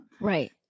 Right